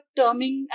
terming